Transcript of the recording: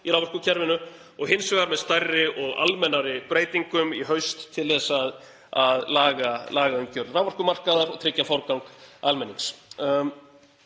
í raforkukerfinu, og hins vegar með stærri og almennari breytingum í haust til að laga lagaumgjörð raforkumarkaðar og tryggja forgang almennings.